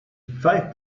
pfeift